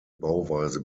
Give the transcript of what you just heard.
bauweise